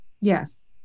Yes